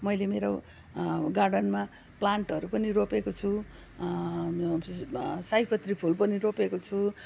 मैले मेरो गार्डनमा प्लान्टहरू पनि रोपेको छु सयपत्री फुल पनि रोपेको छु